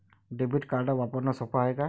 Debit card वापरणं सोप हाय का?